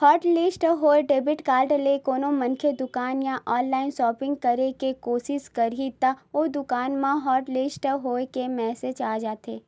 hotlist होए debit card ले कोनो मनखे दुकान या ऑनलाईन सॉपिंग करे के कोसिस करही त ओ दुकान म हॉटलिस्ट होए के मेसेज आ जाथे